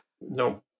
no